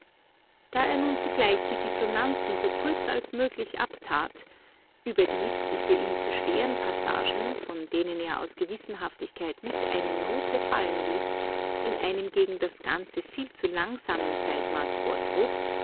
da er nun zugleich die dissonanzen so kurz als möglich abtat überdies die für ihn zu schweren passagen von denen er aus gewissenhaftigkeit nicht eine note fallen ließ in einem gegen das ganze viel zu langsamen zeitmaß vortrug